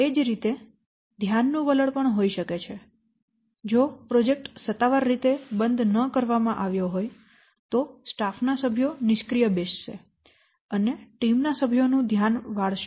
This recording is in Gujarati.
એ જ રીતે ધ્યાનનું વ લણ પણ હોઈ શકે છે જો પ્રોજેક્ટ સત્તાવાર રીતે બંધ ન કરવામાં આવ્યો હોય તો સ્ટાફ ના સભ્યો નિષ્ક્રિય બેસશે અને ટીમ ના સભ્યો નું ધ્યાન વાળશે